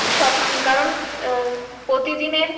সব কারণ প্রতিদিনের